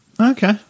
Okay